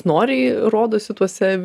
noriai rodosi tuose